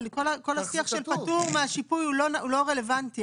כל השיח של פטור מהשיפוי הוא לא רלוונטי.